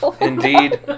indeed